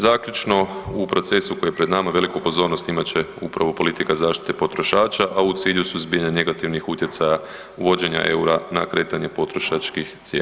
Zaključno, u procesu koji je pred nama veliku pozornost imat će upravo politika zaštite potrošača, a u cilju suzbijanja negativnih utjecaja uvođenja EUR-a na kretanje potrošačkih cijena.